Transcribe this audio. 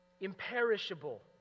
Imperishable